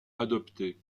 adopter